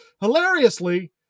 Hilariously